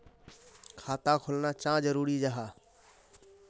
खाता खोलना चाँ जरुरी जाहा?